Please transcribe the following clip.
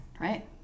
right